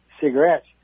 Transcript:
cigarettes